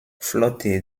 flotte